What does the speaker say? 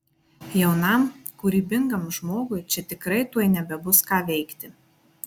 jaunam kūrybingam žmogui čia tikrai tuoj nebebus ką veikti